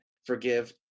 Forgive